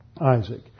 Isaac